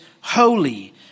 holy